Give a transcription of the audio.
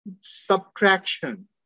Subtraction